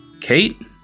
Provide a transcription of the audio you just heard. Kate